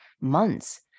months